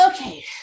Okay